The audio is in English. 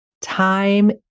Time